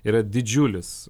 yra didžiulis